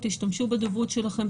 תשתמשו בדוברות שלכם,